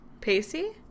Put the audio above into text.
Pacey